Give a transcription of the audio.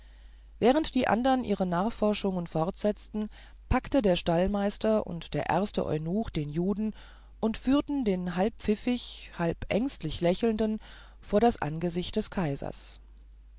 während die andern ihre nachforschungen fortsetzten packten der stallmeister und der erste eunuch den juden und führten den halb pfiffig halb ängstlich lächelnden vor das angesicht des kaisers